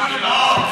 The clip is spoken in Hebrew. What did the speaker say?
לא, עולים,